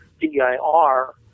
D-I-R